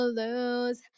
lose